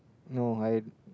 no I